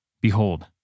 Behold